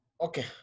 Okay